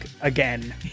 again